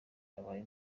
abaye